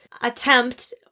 attempt